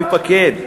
מקומך לא ייפקד.